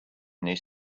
this